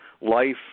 life